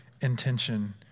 intention